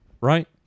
Right